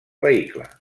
vehicle